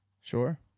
Sure